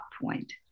point